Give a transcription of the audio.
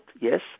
yes